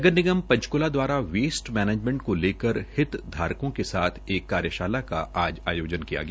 नगर निगम पंचकूला दवारा waste management को लेकर हितधारकों के साथ एक कार्यशाला का आयोजन किया गया